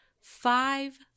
five